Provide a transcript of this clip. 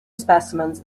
specimens